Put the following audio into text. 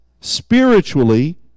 spiritually